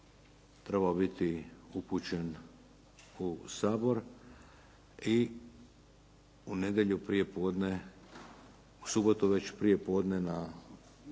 trebao biti upućen u Sabor i u nedjelju prije podne, u subotu već prije podne.